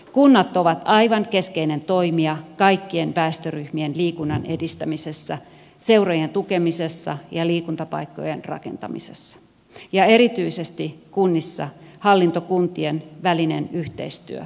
kunnat ovat aivan keskeinen toimija kaikkien väestöryhmien liikunnan edistämisessä seurojen tukemisessa ja liikuntapaikkojen rakentamisessa ja erityisesti kunnissa hallintokuntien välinen yhteistyö korostuu